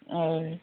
हय